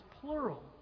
plural